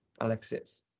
Alexis